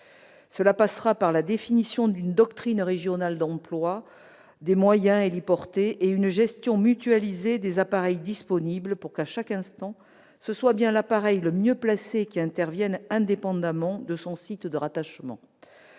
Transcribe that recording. Cela passera par la définition d'une doctrine régionale d'emploi des moyens héliportés et une gestion mutualisée des appareils disponibles pour que ce soit bien, à chaque instant, l'appareil le mieux placé qui intervienne indépendamment de son site de rattachement.